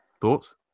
Thoughts